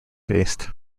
based